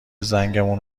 زنگمون